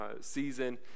season